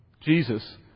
Jesus